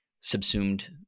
subsumed